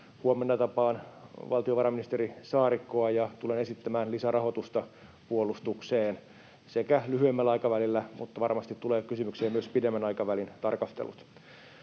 Huomenna tapaan valtiovarainministeri Saarikkoa ja tulen esittämään lisärahoitusta puolustukseen lyhyemmällä aikavälillä, mutta varmasti tulevat kysymykseen myös pidemmän aikavälin tarkastelut.